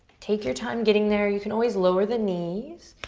take your time getting there. you can always lower the knees.